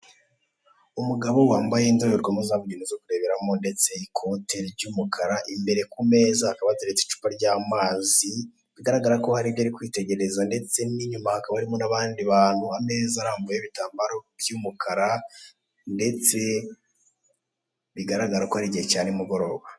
Umugabo wambaye indorerwamu za bugenewe zo kureberamo, ndetse wambaye ikoti ry'umukara imbere ku meza hakaba hateretse icyapa ry'amazi, bigaragara ko haribyo Ari kwitegereza. Ndetse n'inyuma harimo n'akandi bantu , amaze armbuyeho ibitambaro by'umukara bigaragara ko Ari igihe cya ni mugoroba.